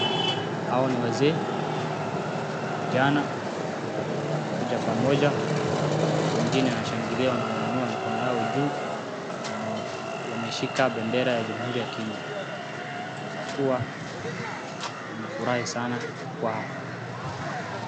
Hawa ni wazee na vijana wamekuja pamoja. Wengine wanashangilia wanainua mikono yao juu na wameshika bendera ya jamhuri ya Kenya. Inaonyesha kuwa wamefurahi sana kuwa hapa.